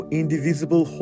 indivisible